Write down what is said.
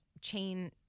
chain